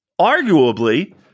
arguably